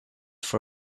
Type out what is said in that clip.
for